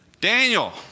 Daniel